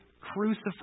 crucified